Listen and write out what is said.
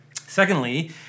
Secondly